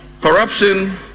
Corruption